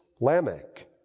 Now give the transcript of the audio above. Lamech